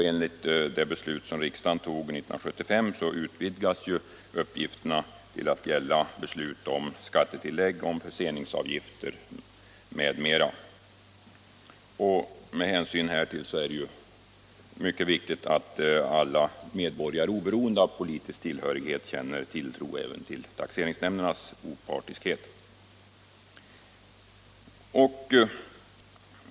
Enligt det beslut som riksdagen tog 1975 utvidgas deras uppgifter till att gälla också beslut om skattetillägg, förseningsavgifter m.m. Med hänsyn härtill är det mycket viktigt att alla medborgare, oberoende av partipolitisk tillhörighet, kan känna tilltro till taxeringsnämndernas opartiskhet.